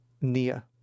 nia